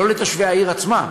לא לתושבי העיר עצמה.